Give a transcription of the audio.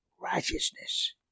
righteousness